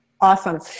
Awesome